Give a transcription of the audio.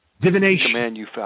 Divination